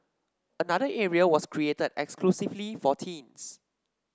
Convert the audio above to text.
another area was created exclusively for teens